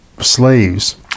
slaves